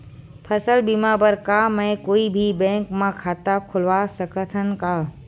फसल बीमा बर का मैं कोई भी बैंक म खाता खोलवा सकथन का?